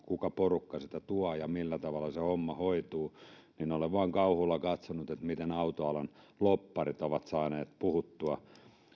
kuka porukka sitä tuo ja millä tavalla se homma hoituu olen vain kauhulla katsonut miten autoalan lobbarit ovat saaneet puhuttua